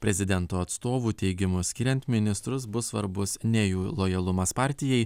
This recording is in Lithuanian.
prezidento atstovų teigimu skiriant ministrus bus svarbus ne jų lojalumas partijai